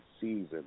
season